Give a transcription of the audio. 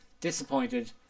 disappointed